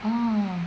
orh